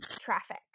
traffic